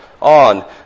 on